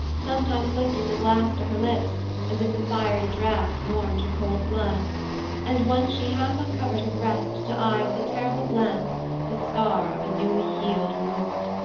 sometimes lifting the glass to her lips as if the fiery draught warmed her cold blood and once she half uncovered her breast to eye with a terrible glance the scar of a newly healed wound.